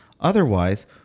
Otherwise